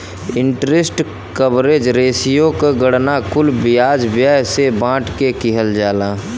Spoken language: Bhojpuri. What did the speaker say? इंटरेस्ट कवरेज रेश्यो क गणना कुल ब्याज व्यय से बांट के किहल जाला